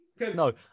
No